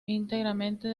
integrante